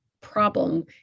problem